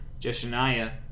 Jeshaniah